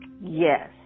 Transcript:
Yes